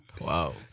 Wow